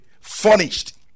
furnished